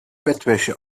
bettwäsche